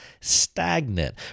stagnant